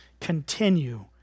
continue